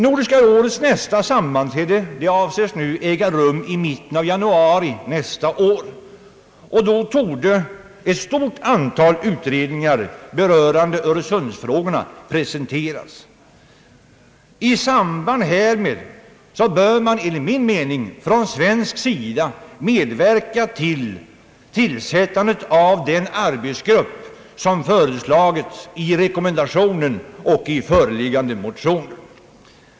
Nordiska rådets nästa sammanträde avses äga rum i mitten av januari nästa år, och då torde ett stort antal utredningar berörande Öresunds-frågorna presenteras. I samband härmed bör man från svensk sida medverka för att tillsätta den arbetsgrupp som föreslagits i rekommendationen och i föreliggande motioner.